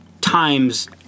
times